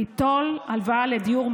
ליטול הלוואה לדיור,